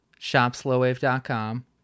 shopslowwave.com